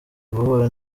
guhura